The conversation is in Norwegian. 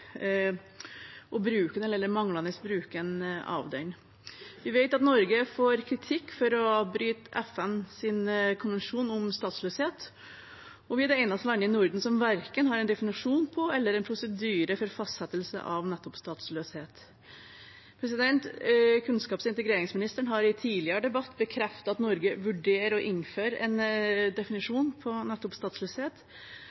og bruken – eller den manglende bruken – av den. Vi vet at Norge får kritikk for å bryte FNs konvensjon om statsløshet, og vi er det eneste landet i Norden som verken har en definisjon på eller en prosedyre for fastsettelse av nettopp statsløshet. Kunnskaps- og integreringsministeren har i en tidligere debatt bekreftet at Norge vurderer å innføre en